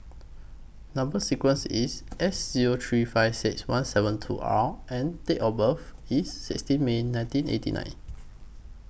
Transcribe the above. Number sequence IS S Zero three five six one seven two R and Date of birth IS sixteen May nineteen eighty nine